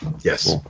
Yes